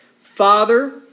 father